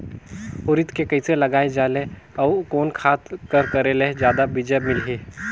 उरीद के कइसे लगाय जाले अउ कोन खाद कर करेले जादा बीजा मिलही?